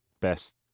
best